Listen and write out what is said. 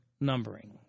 numbering